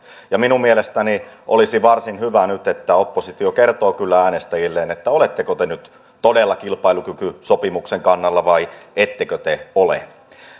minun mielestäni olisi varsin hyvä nyt kyllä että oppositio kertoo äänestäjilleen oletteko te nyt todella kilpailukykysopimuksen kannalla vai ettekö te ole